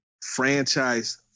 franchise